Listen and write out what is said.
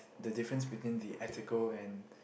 the difference between the ethical and